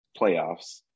playoffs